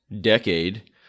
decade